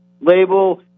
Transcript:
label